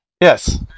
Yes